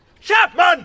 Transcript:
Chapman